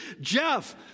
Jeff